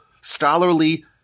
scholarly